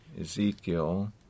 Ezekiel